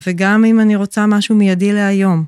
וגם אם אני רוצה משהו מידי להיום.